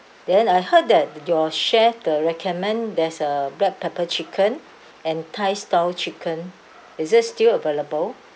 then I heard that your chef the recommend there's a black pepper chicken and thai style chicken is it still available